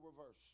reverse